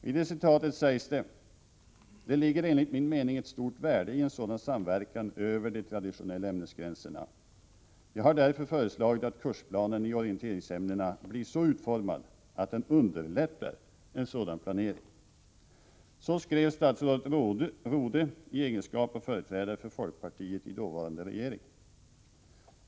I citatet sägs: ”Det ligger enligt min mening ett stort värde i en sådan samverkan över de traditionella ämnesgränserna. Jag har därför föreslagit att kursplanen i orienteringsämnena blir så utformad att den underlättar en sådan planering”. Så skrev statsrådet Rodhe i egenskap av företrädare för folkpartiet i den dåvarande regeringen.